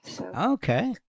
Okay